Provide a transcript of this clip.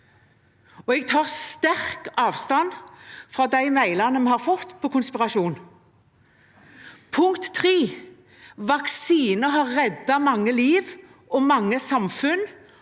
ei. Jeg tar sterkt avstand fra de mailene vi har fått om konspirasjonsteorier. Vaksiner har reddet mange liv og mange samfunn.